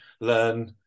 learn